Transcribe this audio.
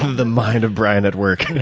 the mind of bryan at work. and